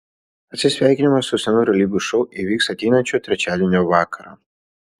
atsisveikinimas su senu realybės šou įvyks ateinančio trečiadienio vakarą